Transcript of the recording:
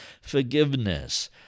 forgiveness